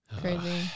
Crazy